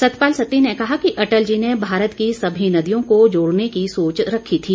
सतपाल सत्ती ने कहा कि अटल जी ने भारत की समी नदियों को जोड़ने की सोच रखी थी